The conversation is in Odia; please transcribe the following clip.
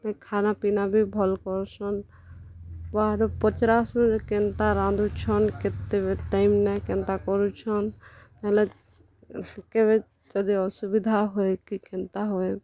ଏବେ ଖାନାପିନା ବି ଭଲ୍ କରସନ୍ ବାହାରେ ପଚ୍ରାସୁଁ କେନ୍ତା ରାନ୍ଧୁଛନ୍ କେତେ ଟାଇମ୍ନେ କେନ୍ତା କରୁଛନ୍ ହେଲେ କେବେ ଯଦି ଅସୁବିଧା ହୁଏ କି କେନ୍ତା ହୁଏ